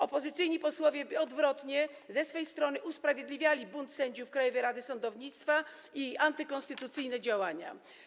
Opozycyjni posłowie, odwrotnie, ze swej strony usprawiedliwiali bunt sędziów Krajowej Rady Sądownictwa i antykonstytucyjne działania.